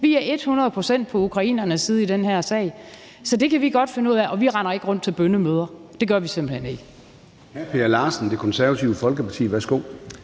Vi er hundrede procent på ukrainernes side i den her sag. Så det kan vi godt finde ud af. Og vi render ikke rundt til bønnemøder; det gør vi simpelt hen ikke.